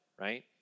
right